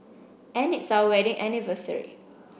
and it's our wedding anniversary